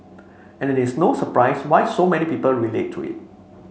and it is no surprise why so many people relate to it